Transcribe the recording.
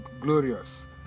glorious